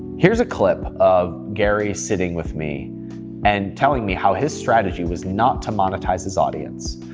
here's a clip of gary sitting with me and telling me how his strategy was not to monetize his audience,